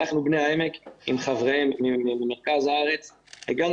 אנחנו בני העמק עם חבריהם ממרכז הארץ הגענו